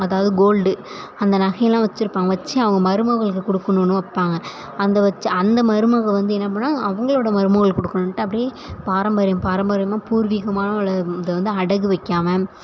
அதாவது கோல்டு அந்த நகையெல்லாம் வச்சுருப்பாங்க வச்சு அவங்க மருமகளுக்கு கொடுக்குணுன்னு வைப்பாங்க அந்த வெச்சு அந்த மருமகள் வந்து என்ன பண்ணுவாங்க அவங்களோட மருமகளுக்கு கொடுக்கணுன்ட்டு அப்படியே பாரம்பரியம் பாரம்பரியமாக பூர்வீகமாக உள்ளதை அதை வந்து அடகு வைக்காமல்